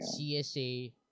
CSA